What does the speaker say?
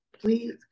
Please